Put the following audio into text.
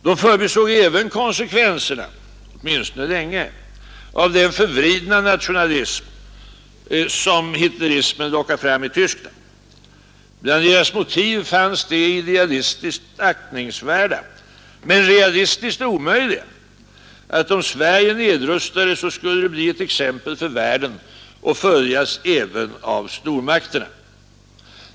De förbisåg även konsekvenserna — åtminsonte länge — av den förvridna nationalism som hitlerismen lockade fram i Tyskland. Bland deras motiv fanns det idealistiskt aktningsvärda men realistiskt omöjliga att om Sverige nedrustade så skulle det bli ett exempel för världen och följas även av stormakterna.